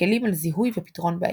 מקלים על זיהוי ופתרון בעיות.